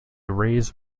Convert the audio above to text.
raised